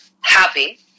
happy